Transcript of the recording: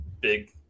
big